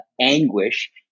anguish